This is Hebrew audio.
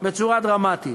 בצורה דרמטית.